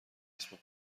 اسم